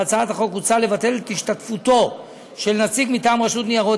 בהצעת החוק הוצע לבטל את השתתפותו של נציג מטעם רשות ניירות